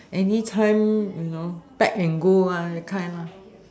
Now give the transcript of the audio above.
anytime you know pack and go one that kind lah